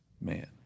man